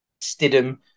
Stidham